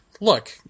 look